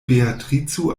beatrico